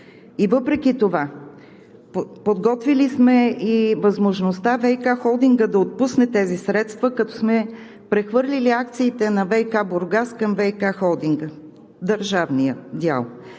Въпреки това сме подготвили и възможността ВиК Холдингът да отпусне тези средства, като сме прехвърлили акциите на ВиК – Бургас, към ВиК Холдинга – държавния дял.